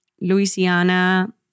Louisiana